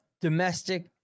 domestic